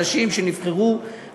גם חברי הכנסת החדשים שנבחרו בקדנציה